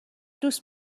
دوست